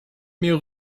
mir